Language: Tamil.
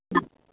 ம்